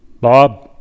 Bob